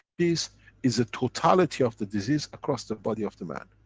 is is a totality of the disease across the body of the man.